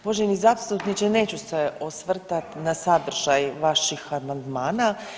Uvaženi zastupniče neću se osvrtati na sadržaj vaših amandmana.